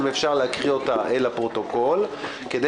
אם אפשר להקריא אותה לפרוטוקול כדי